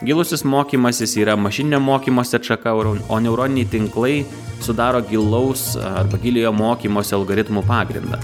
gilusis mokymasis yra mašininio mokymosi atšaka o neuroniniai tinklai sudaro gilaus arba giliojo mokymosi algoritmų pagrindą